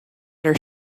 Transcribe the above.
her